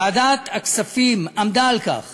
ועדת הכספים עמדה על כך